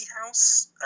house